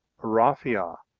raphia,